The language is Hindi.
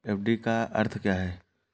एफ.डी का अर्थ क्या है?